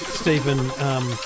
Stephen